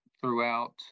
throughout